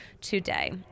today